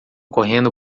correndo